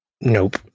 Nope